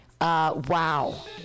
wow